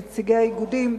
נציגי האיגודים.